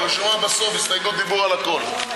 היא רשומה בסוף להסתייגות, דיבור על הכול.